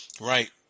Right